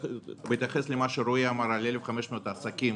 בהתייחס למה שרועי אמר על 1,500 עסקים